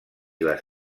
les